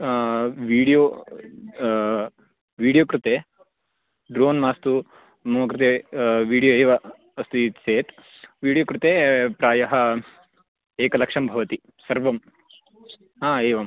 video video कृते drone मास्तु मम कृते विडियो एव अस्तीति चेत् वीडियो कृते प्रायः एकलक्षं भवति सर्वं एवं